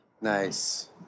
Nice